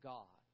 God